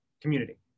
community